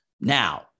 Now